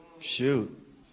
Shoot